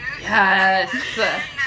Yes